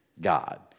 God